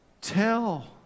tell